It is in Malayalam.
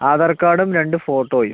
ആധാർ കാർഡും രണ്ട് ഫോട്ടോയും